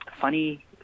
funny